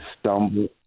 stumble